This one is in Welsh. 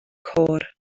côr